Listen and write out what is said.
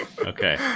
Okay